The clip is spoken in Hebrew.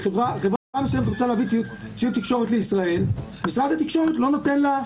תודה רבה לפרופ' דותן.